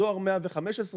זוהר 115,